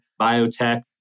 biotech